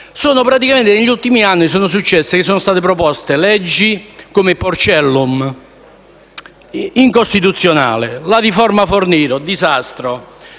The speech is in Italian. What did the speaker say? negli ultimi anni sono state proposte leggi come il Porcellum (incostituzionale); la riforma Fornero (un disastro);